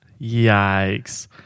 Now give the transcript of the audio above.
Yikes